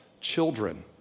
children